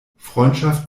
freundschaft